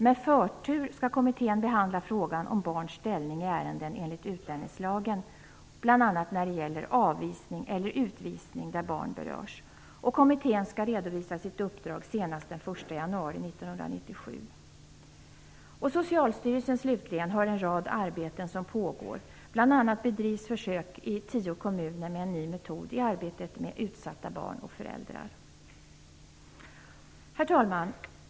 med förtur behandla frågan om barns ställning i ärenden enligt utlänningslagen, bl.a. när det gäller avvisning eller utvisning där barn berörs. Kommittén skall redovisa sitt uppdrag senast den Slutligen har Socialstyrelsen en rad arbeten som pågår. Bl.a. bedrivs försök i tio kommuner med en ny metod i arbetet med utsatta barn och föräldrar. Herr talman!